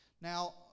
Now